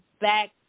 back